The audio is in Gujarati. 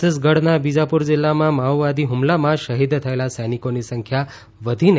છત્તીસગઢના બીજાપુર જિલ્લામાં માઓવાદી હુમલામાં શહીદ થયેલા સૈનિકોની સંખ્યા વધીને